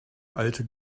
alte